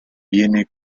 viene